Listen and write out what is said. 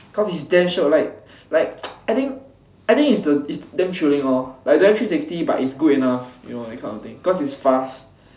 cause it's damn shiok like like I think I think is damn thrilling lor like don't have three sixty but it's good enough you know that kind of thing cause it's fast